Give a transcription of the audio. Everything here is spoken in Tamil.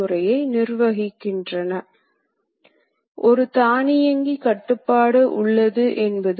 இயந்திரத்தின் உற்பத்தி நேரத்தை மீண்டும் அமைப்பு நேரமாக செலவிட வேண்டியதாக இருக்கும்